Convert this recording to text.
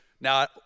Now